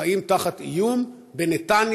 חיים תחת איום בנתניה,